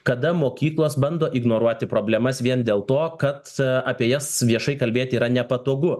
kada mokyklos bando ignoruoti problemas vien dėl to kad apie jas viešai kalbėti yra nepatogu